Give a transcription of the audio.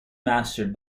mastered